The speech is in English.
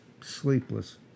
sleepless